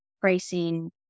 pricing